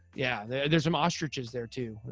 yeah, there's some ostriches there too.